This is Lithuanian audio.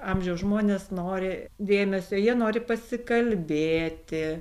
amžiaus žmonės nori dėmesio jie nori pasikalbėti